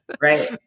right